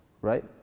right